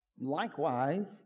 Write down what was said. Likewise